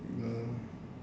you know